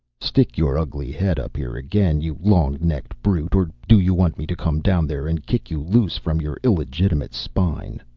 stick your ugly head up here again, you long-necked brute or do you want me to come down there and kick you loose from your illegitimate spine?